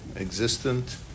existent